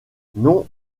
non